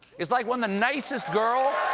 it's like when the nicest girl